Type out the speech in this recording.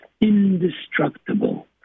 indestructible